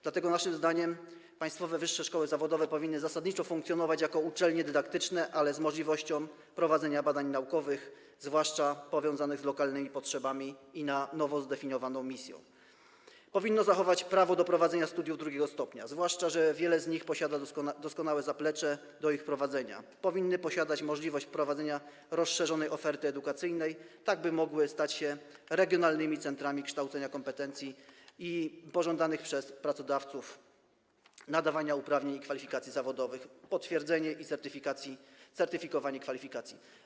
Dlatego naszym zdaniem państwowe wyższe szkoły zawodowe powinny zasadniczo funkcjonować jako uczelnie dydaktyczne, ale z możliwością prowadzenia badań naukowych, zwłaszcza powiązanych z lokalnymi potrzebami i na nowo zdefiniowaną misją; powinny zachować prawo do prowadzenia studiów II stopnia, zwłaszcza że wiele z nich posiada doskonałe zaplecze do ich prowadzenia; powinny posiadać możliwość wprowadzenia rozszerzonej oferty edukacyjnej, tak by mogły stać się regionalnymi centrami kształcenia kompetencji pożądanych przez pracodawców, nadawania uprawnień i kwalifikacji zawodowych, potwierdzania i certyfikowania kwalifikacji.